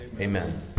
Amen